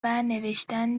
نوشتن